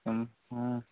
हूँ हूँ